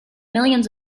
millions